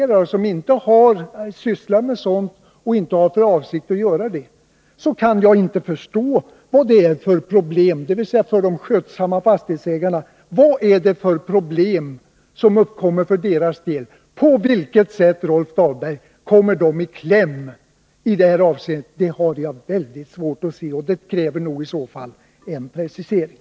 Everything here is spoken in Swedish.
Jag kan inte förstå vad det är för problem som uppkommer för de skötsamma fastighetsägarna, som inte har sysslat med spekulation o. d. och inte heller har för avsikt att göra det. På vilket sätt, Rolf Dahlberg, kommer de i kläm i det här avseendet? Jag har mycket svårt att se att de skulle komma i kläm; i så fall krävs här en precisering.